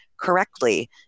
correctly